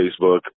Facebook